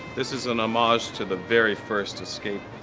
this is an homage to the very first escape